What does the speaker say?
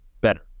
better